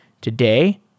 today